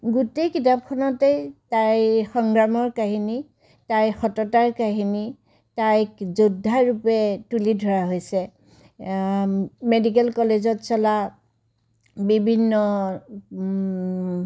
গোটেই কিতাপখনতেই তাইৰ সংগ্ৰামৰ কাহিনী তাইৰ সততাৰ কাহিনী তাইক যোদ্ধা ৰূপে তুলি ধৰা হৈছে মেডিকেল কলেজত চলা বিভিন্ন